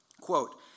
Quote